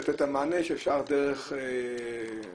לתת את המענה שאפשר דרך המייל,